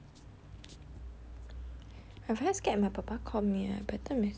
I very scared my 爸爸 call me eh I better message him